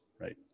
right